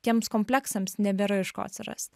tiems kompleksams nebėra iš ko atsirasti